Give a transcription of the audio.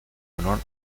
honor